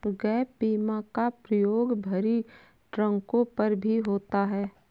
gap बीमा का प्रयोग भरी ट्रकों पर भी होता है